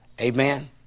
Amen